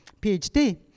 PhD